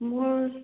মোৰ